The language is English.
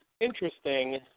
interesting